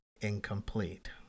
incomplete